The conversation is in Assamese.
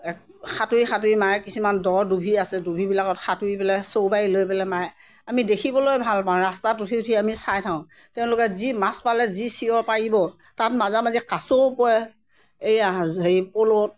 সাঁতুৰি সাঁতুৰি মাৰে কিছুমান দ দুবি আছে দুবিবিলাকত সাঁতুৰি পেলাই চৌ বাৰী লৈ পেলাই মাৰে আমি দেখিবলৈ ভাল পাওঁ ৰাস্তাত উঠি উঠি আমি চাই থাকোঁ তেওঁলোকে যি মাছ পালে যি চিঞৰ পাৰিব তাত মাজে মাজে কাছও পৰে এই পলত